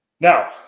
Now